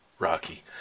Rocky